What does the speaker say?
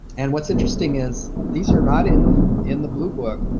and what's interesting is these are not in in the blue book.